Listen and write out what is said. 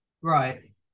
right